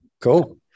Cool